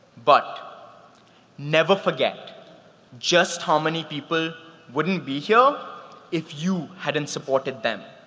but never forget just how many people wouldn't be here if you hadn't supported them.